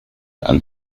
and